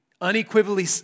unequivocally